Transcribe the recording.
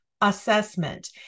assessment